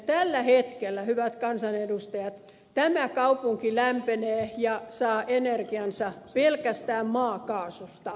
tällä hetkellä hyvät kansanedustajat tämä kaupunki lämpenee ja saa energiansa pelkästään maakaasusta